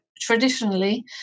Traditionally